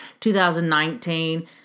2019